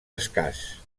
escàs